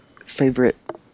Favorite